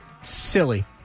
silly